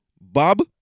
Bob